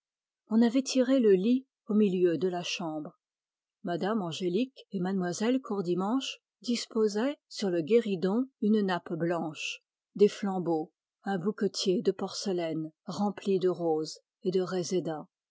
on avait tiré le lit au milieu de la chambre m me angélique et m lle courdimanche disposaient sur le guéridon une nappe blanche des flambeaux un bouquetier de porcelaine rempli de roses et de